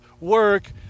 work